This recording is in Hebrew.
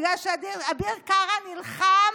בגלל שאביר קארה נלחם